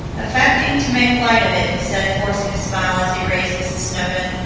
affecting to make light of it, he said, forcing a smile as he raised mrs. snowdon,